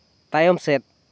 ᱛᱟᱭᱚᱢ ᱥᱮᱫ